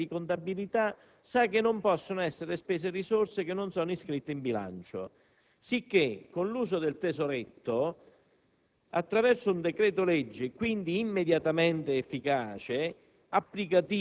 La vicenda aperta è che i 7 miliardi e mezzo di euro non sono ancora stati registrati nel bilancio dello Stato, perché l'assestamento di bilancio non è stato ancora approvato.